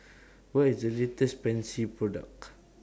What IS The latest Pansy Product